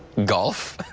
golf,